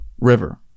river